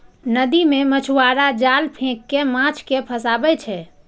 नदी मे मछुआरा जाल फेंक कें माछ कें फंसाबै छै